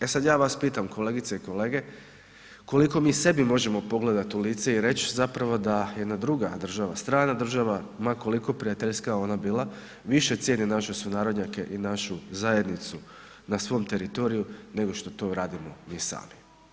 E sad ja vas pitam kolegice i kolege, koliko mi sebi možemo pogledat u lice i reć zapravo da jedna druga država, strana država ma koliko prijateljska ona bila, više cijeni naše sunarodnjake i našu zajednicu na svom teritoriju nego što to radimo mi sami?